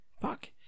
Fuck